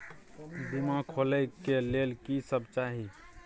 बीमा खोले के लेल की सब चाही?